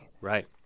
Right